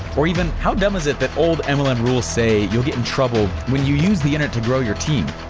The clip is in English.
or even how dumb is it that old and mlm rules say you'll get in trouble when you use the internet to grow your team?